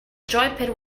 joypad